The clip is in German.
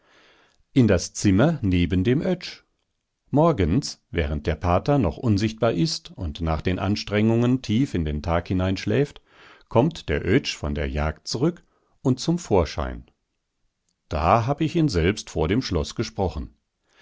in das zimmer neben dem oetsch morgens während der pater noch unsichtbar ist und nach den anstrengungen tief in den tag hinein schläft kommt der oetsch von der jagd zurück und zum vorschein da hab ich ihn selbst vor dem schloß gesprochen